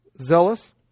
zealous